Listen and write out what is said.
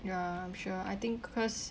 ya I'm sure I think cause